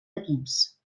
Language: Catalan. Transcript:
equips